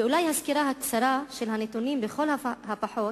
ואולי הסקירה הקצרה של הנתונים לכל הפחות